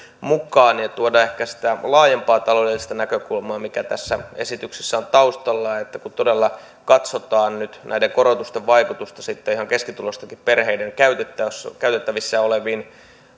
mukaan ja tuoda ehkä sitä laajempaa taloudellista näkökulmaa mikä tässä esityksessä on taustalla kun todella katsotaan nyt näiden korotusten vaikutusta sitten ihan keskituloistenkin perheiden käytettävissä käytettävissä oleviin